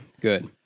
good